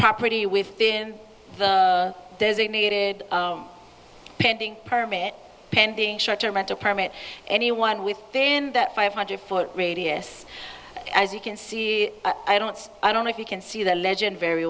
property within the designated pending permit pending short term and to permit anyone within that five hundred foot radius as you can see i don't i don't know if you can see the legend very